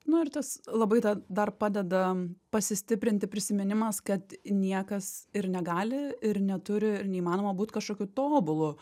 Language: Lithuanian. nu ir tas labai ta dar padeda pasistiprinti prisiminimas kad niekas ir negali ir neturi ir neįmanoma būt kažkokiu tobulu